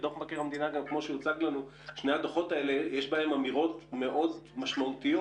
בדוח המבקר שהוצג לנו יש אמירות משמעותיות